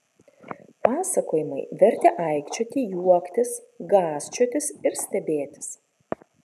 pasakojimai vertė aikčioti juoktis gąsčiotis ir stebėtis